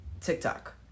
TikTok